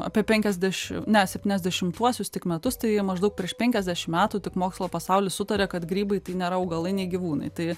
apie penkiasdešim ne septyniasdešimtuosius tik metus tai maždaug prieš penkiasdešimt metų tik mokslo pasaulis sutarė kad grybai tai nėra augalai nei gyvūnai tai